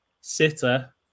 sitter